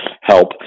help